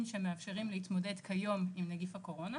שמאפשרים להתמודד כיום עם נגיף הקורונה.